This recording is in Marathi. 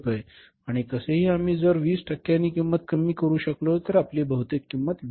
15000 आणि कसेही आम्ही जर 20 टक्क्यांनी किंमत कमी करू शकलो तर आपली भौतिक किंमत रू